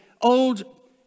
old